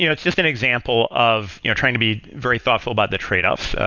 you know it's just an example of trying to be very thoughtful about the tradeoffs.